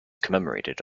commemorated